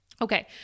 Okay